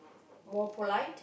more polite